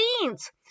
beans